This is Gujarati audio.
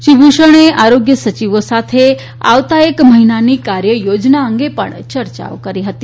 શ્રી મુષણે આરોગય સયિવો સાથે આવતા એક મહિનાની કાર્ય યોજના અંગે ચર્ચા કરી હતી